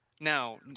Now